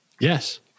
Yes